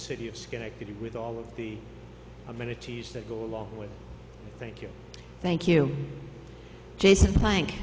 city of schenectady with all of the amenities that go along with thank you thank you jason thank